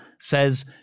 says